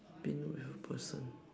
been with a person